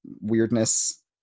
weirdness